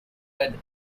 read